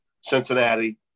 Cincinnati